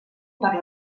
per